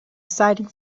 citing